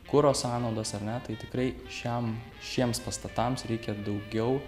kuro sąnaudas ar ne tai tikrai šiam šiems pastatams reikia daugiau